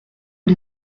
the